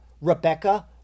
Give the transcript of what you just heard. Rebecca